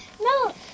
No